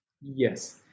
yes